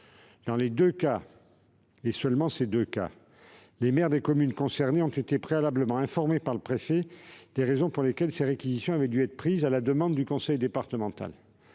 jours en avril. Dans les deux cas, les maires des communes concernées ont été préalablement informés par le préfet des raisons pour lesquelles ces réquisitions avaient dû être prises, à la demande du conseil départemental.